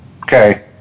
Okay